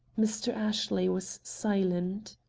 mr. ashley was silent.